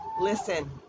Listen